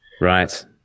right